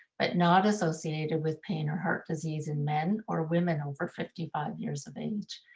but not associated with pain or heart disease in men or women over fifty five years of age.